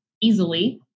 easily